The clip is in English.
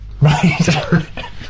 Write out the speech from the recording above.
Right